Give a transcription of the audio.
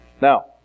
Now